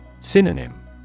Synonym